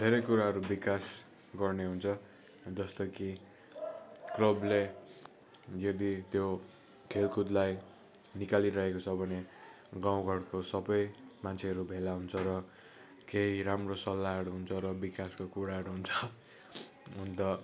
धेरै कुराहरू विकास गर्ने हुन्छ जस्तो कि क्रोबले यदि त्यो खेलकुदलाई निकालिरहेको छ भने गाउँ घरको सबै मान्छेहरू भेला हुन्छ र केही राम्रो सल्लाहहरू हुन्छ र विकासको कुराहरू हुन्छ अन्त